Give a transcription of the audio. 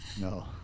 No